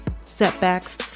setbacks